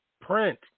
print